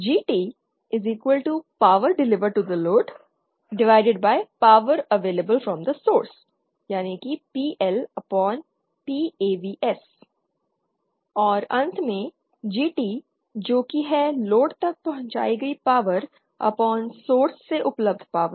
GTPower Delivered to the loadPower Available from sourcePLPAVS और अंत में GT जो कि है लोड तक पहुंचाई गई पावर अपॉन सोर्स से उपलब्ध पावर